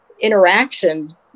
interactions